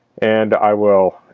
and i will